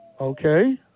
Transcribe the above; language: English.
Okay